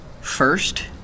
first